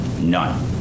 None